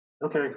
okay